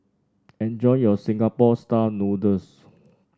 enjoy your Singapore style noodles